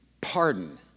pardon